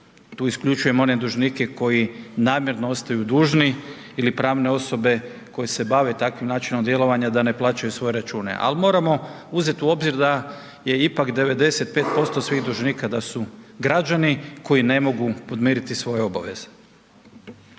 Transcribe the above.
Tu isključujem one dužnike koji namjerno ostaju dužni ili pravne osobe koje se bave takvim načinom djelovanja da ne plaćaju svoje račune. Ali moramo uzeti u obzir da je ipak 95% svih dužnika da su građani koji ne mogu podmiriti svoje obveze.